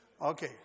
Okay